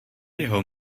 jeho